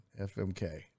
FMK